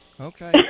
okay